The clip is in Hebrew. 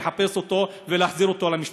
לחפש אותו ולהחזיר אותו למשפחתו.